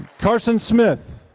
carson smith.